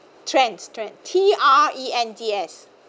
trends trends T R E N D S